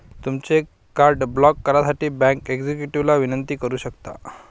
तुमचे card block करण्यासाठी bank एक्झिक्युटिव्हला विनंती करू शकता